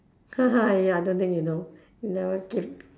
ya I don't think you know you never give